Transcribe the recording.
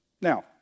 Now